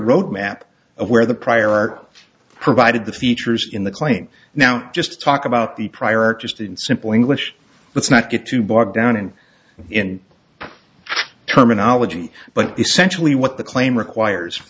roadmap of where the prior art provided the features in the claim now just to talk about the prior artist in simple english let's not get too bogged down in in terminology but essentially what the claim requires